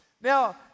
Now